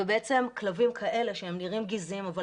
ובעצם כלבים כאלה שהם נראים גזעיים אבל